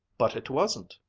but it wasn't.